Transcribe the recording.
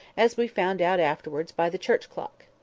as we found out afterwards by the church clock.